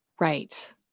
Right